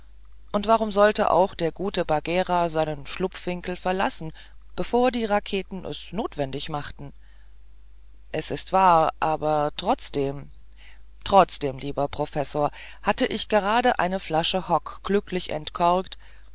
und warum sollte auch der gute bagghera seinen schlupfwinkel verlassen bevor die raketen es notwendig machten es ist wahr aber trotzdem trotzdem mein lieber professor hatte ich gerade eine flasche hock glücklich entkorkt